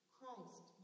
Christ